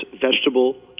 vegetable